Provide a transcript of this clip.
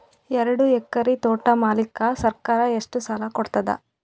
ಎರಡು ಎಕರಿ ತೋಟ ಮಾಡಲಿಕ್ಕ ಸರ್ಕಾರ ಎಷ್ಟ ಸಾಲ ಕೊಡತದ?